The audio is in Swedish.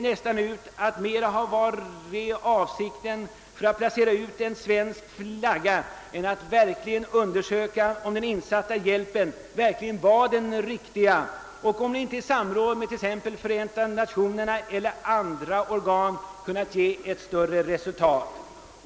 nästan ut att ha igångsatts för att kunna placera ut en svensk flagga. Man har inte undersökt huruvida den insatta hjälpen verkligen varit den riktiga och om den inte i samråd med t.ex. FN eller andra organ hade kunnat ge bättre resultat.